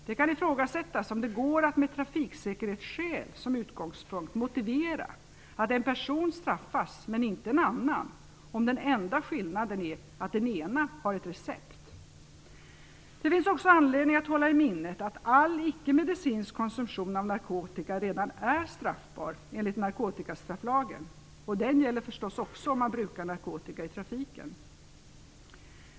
Det kan ifrågasättas om det går att med trafiksäkerhetsskäl som utgångspunkt motivera att en person straffas men inte en annan, om den enda skillnaden är att den ena har ett recept. Det finns också anledning att hålla i minnet att all icke medicinsk konsumtion av narkotika redan är straffbar enligt narkotikastrafflagen, och den gäller förstås också om man brukar narkotika i trafiken.